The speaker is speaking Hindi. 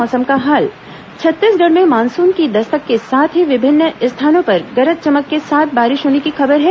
मौसम छत्तीसगढ़ में मानसून की दस्तक के साथ ही विभिन्न स्थानों पर गरज चमक के साथ बारिश होने की खबर है